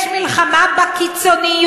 יש לנו מלחמה בקיצוניות,